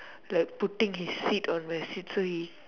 like putting his seat on my seat so he